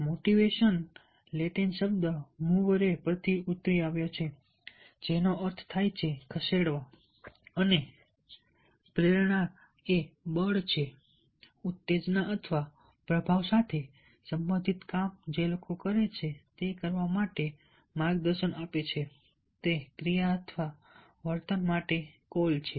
motivation Latin શબ્દ મૂવરે પરથી ઉતરી આવ્યું છે જેનો અર્થ થાય છે ખસેડવા અને પ્રેરણા એ બળ છે ઉત્તેજના અથવા પ્રભાવ સાથે સંબંધિત કામ જે લોકો કરે છે તે કરવા માટે માર્ગદર્શન આપે છે તે ક્રિયા અથવા વર્તન માટે કૉલ છે